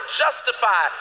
justify